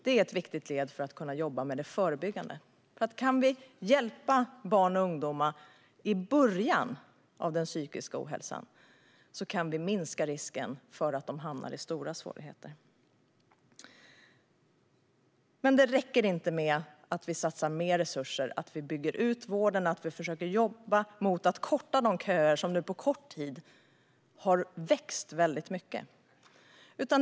Det är ett viktigt led för att kunna jobba förebyggande. Om vi kan hjälpa barn och ungdomar i början av den psykiska ohälsan kan vi minska risken för att de hamnar i stora svårigheter. Det räcker dock inte att vi satsar mer resurser, att vi bygger ut vården och att vi försöker jobba mot att korta de köer som på kort tid har vuxit väldigt mycket.